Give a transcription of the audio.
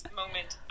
moment